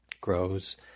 grows